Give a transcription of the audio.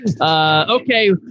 Okay